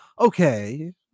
okay